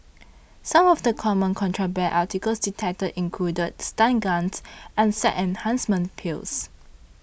some of the common contraband articles detected included stun guns and sex enhancement pills